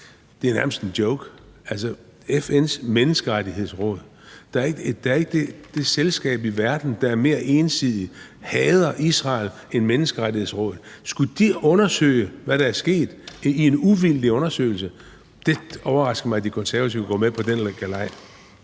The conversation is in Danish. Det er nærmest en joke. Altså FN's Menneskerettighedsråd? Der er ikke det selskab i verden, der mere ensidigt hader Israel end Menneskerettighedsrådet. Skulle de undersøge, hvad der er sket, i en uvildig undersøgelse? Det overrasker mig, at De Konservative går med på den galej.